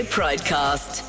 Pridecast